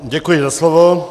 Děkuji za slovo.